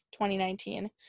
2019